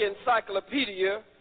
Encyclopedia